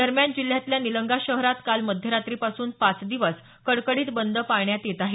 दरम्यान जिल्ह्यातल्या निलंगा शहरात काल मध्यरात्रीपासून पाच दिवस कडकडीत बंद पाळण्यात येत आहे